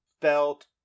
felt